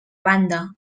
banda